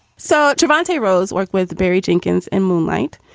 so devonte rose worked with berry jenkins and moonlite.